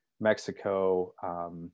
Mexico